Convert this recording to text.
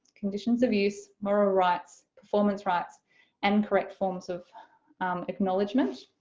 conditions of use moral rights, performance rights and correct forms of acknowledgement.